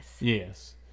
Yes